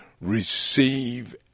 receive